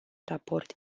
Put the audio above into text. raport